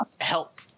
help